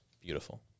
beautiful